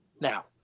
now